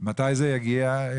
מתי זה יגיע?